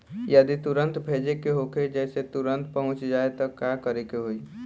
जदि तुरन्त भेजे के होखे जैसे तुरंत पहुँच जाए त का करे के होई?